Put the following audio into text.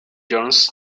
jones